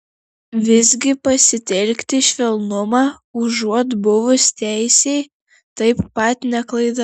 visgi pasitelkti švelnumą užuot buvus teisiai taip pat ne klaida